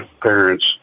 parents